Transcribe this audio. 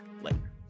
later